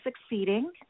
succeeding